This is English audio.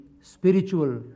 spiritual